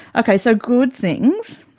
okay, so good things,